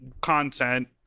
content